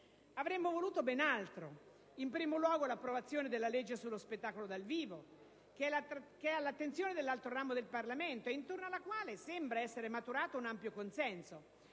Avremmo voluto ben altro. In primo luogo, avremmo voluto l'approvazione della legge sullo spettacolo dal vivo, che è all'attenzione dell'altro ramo del Parlamento, intorno alla quale sembra essere maturato un ampio consenso.